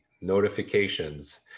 notifications